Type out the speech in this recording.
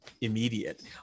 immediate